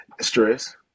Stress